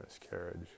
miscarriage